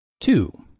Two